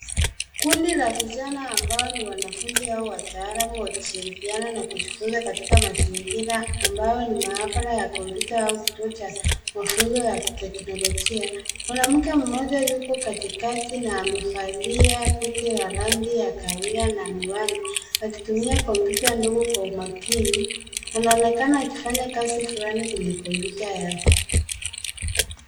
Kundi la vijana ambao ni wanafunzi au wataalamu wakishirikiana na kujifunza katika mazingira ambao ni maabara ya kompyuta au kituo cha mafunzo ya kiteknolojia. Mwanamke mmoja yuko katikati na amevalia koti ya rangi ya kahawia na miwani akitumia kompyuta ndogo kwa umakini. Anaonekana akifanya kazi fulani kwenye kompyuta yake.